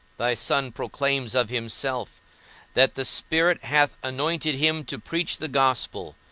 thy son proclaims of himself that the spirit hath anointed him to preach the gospel,